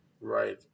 right